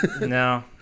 No